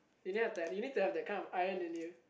you need to have that you need to have that kind of iron in you